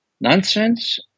nonsense